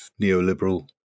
neoliberal